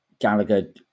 Gallagher